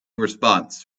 response